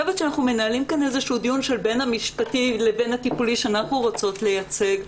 מנהלים כאן איזשהו דיון בין המשפטי לבין הטיפולי שאנחנו רוצות לייצג.